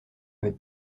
avait